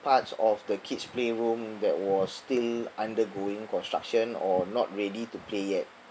parts of the kid's playroom that was still undergoing construction or not ready to play yet